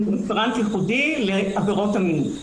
עם רפרנט ייחודי לעבירות המין.